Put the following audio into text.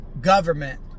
government